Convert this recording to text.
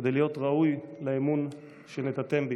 כדי להיות ראוי לאמון שנתתם בי.